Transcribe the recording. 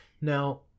Now